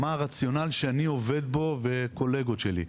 מה הרציונל שאני וקולגות שלי עובדים בו?